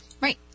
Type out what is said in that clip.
Right